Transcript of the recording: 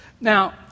Now